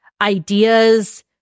ideas